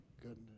goodness